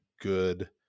good